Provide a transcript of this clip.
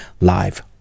live